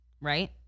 right